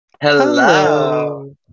Hello